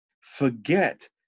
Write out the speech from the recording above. Forget